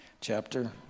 chapter